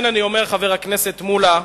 לכן אני אומר, חבר הכנסת מולה,